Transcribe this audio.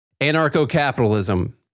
anarcho-capitalism